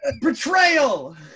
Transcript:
Betrayal